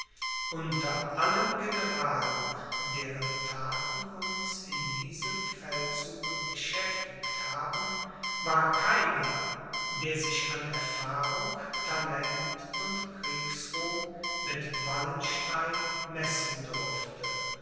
unter allen generalen deren thaten uns in diesem feldzuge beschäftigt haben war keiner der sich an erfahrung talent und kriegsruhm mit wallenstein messen durfte